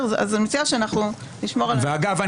אגב,